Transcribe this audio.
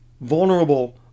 Vulnerable